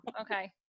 Okay